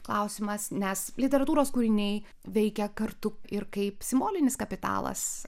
klausimas nes literatūros kūriniai veikia kartu ir kaip simbolinis kapitalas